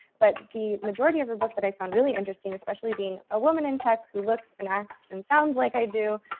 but the majority of her book that i found really interesting, especially being a woman in tech who looks and acts and sounds like i do,